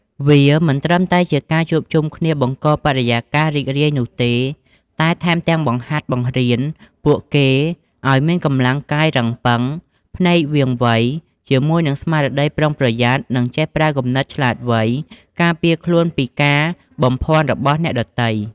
វាមិនត្រឹមតែជាការជួបជុំគ្នាបង្កបរិយាកាសរីករាយនោះទេ តែថែមទាំងបង្ហាត់បង្រៀនពួកគេ ឲ្យមានកម្លាំងកាយរឹងប៉ឹង ភ្នែកវាងវៃ ជាមួយនឹងស្មារតីប្រុងប្រយ័ត្ន និងចេះប្រើគំនិតឆ្លាតវៃ ការពារខ្លួនពីការបំភ័ន្តរបស់អ្នកដទៃ។